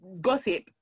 Gossip